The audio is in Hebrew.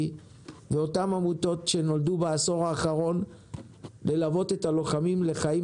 ואותן עמותות שנולדו בעשור האחרון ללוות את הלוחמים לחיים